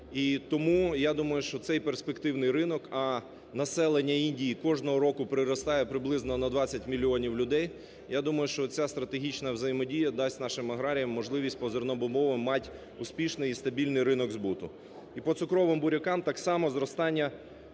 тому, я думаю, що це є перспективний ринок, а населення Індії кожного року приростає приблизно на 20 мільйонів людей. Я думаю, що ця стратегічна взаємодія дасть нашим аграріям можливість по зернобобовим мати успішний і стабільний ринок збуту. І по цукровим бурякам, так само, зростання на